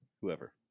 whoever